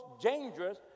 dangerous